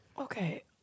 Okay